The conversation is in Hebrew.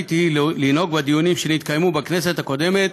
ורשאית היא לנהוג בדיונים שנתקיימו בכנסת הקודמת